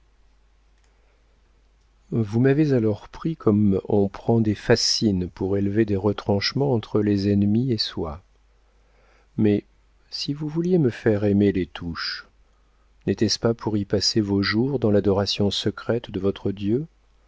vous m'avez alors pris comme on prend des fascines pour élever des retranchements entre les ennemis et soi mais si vous vouliez me faire aimer les touches n'était-ce pas pour y passer vos jours dans l'adoration secrète de votre dieu